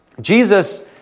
Jesus